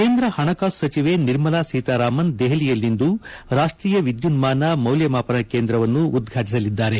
ಕೇಂದ್ರ ಹಣಕಾಸು ಸಚಿವೆ ನಿರ್ಮಲಾ ಸೀತಾರಾಮನ್ ದೆಹಲಿಯಲ್ಲಿಂದು ರಾಷ್ವೀಯ ವಿದ್ಯುನ್ಮಾನ ಮೌಲ್ಯಮಾಪನ ಕೇಂದ್ರವನ್ನು ಉದ್ಘಾಟಿಸಲಿದ್ದಾರೆ